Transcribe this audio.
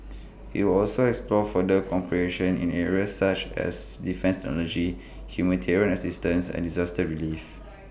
IT will also explore further in areas such as defence technology humanitarian assistance and disaster relief